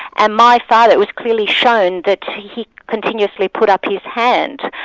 and my father, it was clearly shown that he continuously put up his hand.